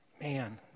man